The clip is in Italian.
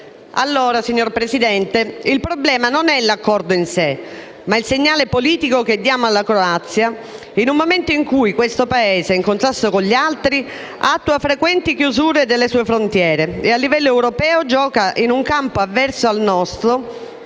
problema, signor Presidente, non è dunque l'accordo in sé, ma il segnale politico che diamo alla Croazia, in un momento in cui questo Paese, in contrasto con altri, attua frequenti chiusure delle sue frontiere e a livello europeo gioca in un campo avverso al nostro